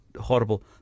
horrible